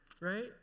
right